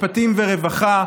משפטים ורווחה,